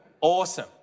awesome